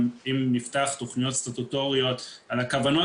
גם אם נפתח תכניות סטטוטוריות על הכוונות,